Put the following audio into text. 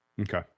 okay